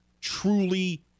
truly